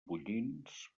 pollins